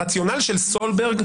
הרציונל של סולברג,